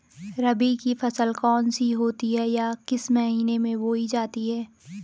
रबी की फसल कौन कौन सी होती हैं या किस महीने में बोई जाती हैं?